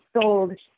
sold